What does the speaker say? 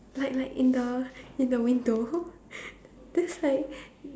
like like in the in the window that's like